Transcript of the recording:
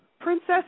Princess